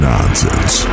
Nonsense